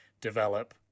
develop